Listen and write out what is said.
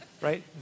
Right